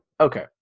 Okay